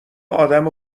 آدم